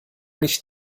nicht